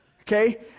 Okay